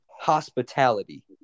hospitality